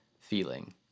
feeling